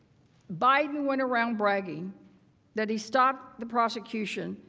biden went around bragging that he stopped the prosecution.